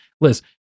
Liz